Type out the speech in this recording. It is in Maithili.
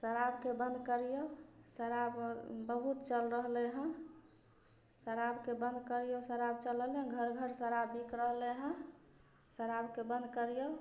शराबके बन्द करिऔ शराब ब बहुत चलि रहलै हँ शराबके बन्द करिऔ शराब चलल हँ घर घर शराब बिकि रहलै हँ शराबके बन्द करिऔ